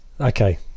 Okay